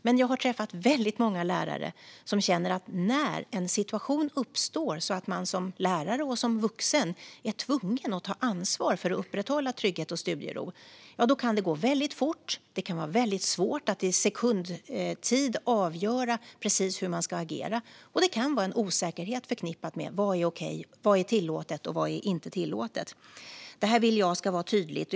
Men jag har träffat många lärare som sagt att när en situation uppstår så att man som lärare och vuxen är tvungen att ta ansvar för att upprätthålla trygghet och studiero kan det gå fort. Det kan vara mycket svårt att under loppet av ett par sekunder avgöra precis hur man ska agera. Det kan vara en osäkerhet förknippat med vad som är okej, tillåtet eller inte tillåtet. Jag vill att det ska vara tydligt.